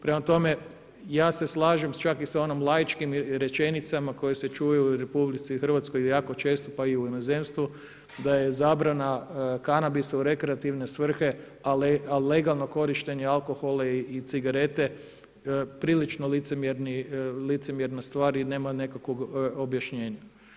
Prema tome, ja se slažem čak i sa onom laički rečenicama koje se čuju u RH jako često, pa i u inozemstvu da je zabrana kanabisa u rekreativne svrhe, a legalno korištenje alkohola i cigarete prilično licemjerna stvar i nema nekakvog objašnjenja.